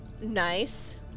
Nice